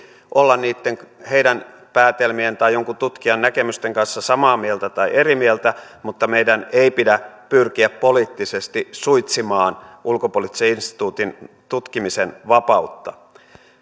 olla niitten heidän päätelmiensä tai jonkun tutkijan näkemysten kanssa samaa mieltä tai eri mieltä mutta meidän ei pidä pyrkiä poliittisesti suitsimaan ulkopoliittisen instituutin tutkimisen vapautta